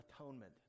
atonement